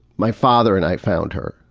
my father and i found her.